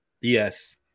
Yes